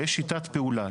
יש שיטת פעולה.